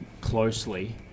closely